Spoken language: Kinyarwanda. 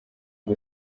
ngo